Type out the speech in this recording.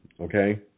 okay